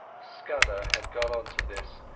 scudder had got on to this,